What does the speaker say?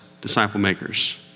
disciple-makers